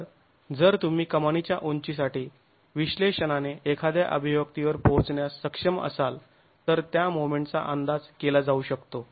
तर जर तुम्ही कमानीच्या उंचीसाठी विश्लेषणाने एखाद्या अभिव्यक्तीवर पोहोचण्यास सक्षम असाल तर त्या मोमेंट चा अंदाज केला जाऊ शकतो